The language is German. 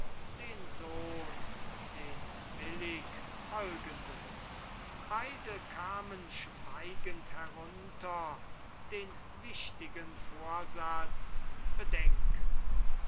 den sohn den willig folgenden beide kamen schweigend herunter den wichtigen vorsatz bedenkend